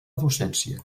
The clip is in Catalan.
docència